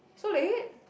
so late